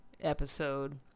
episode